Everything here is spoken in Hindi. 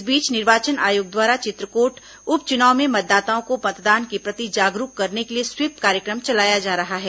इस बीच निर्वाचन आयोग द्वारा चित्रकोट उप चुनाव में मतदाताओं को मतदान के प्रति जागरूक करने के लिए स्वीप कार्यक्रम चलाया जा रहा है